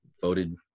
voted